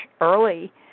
early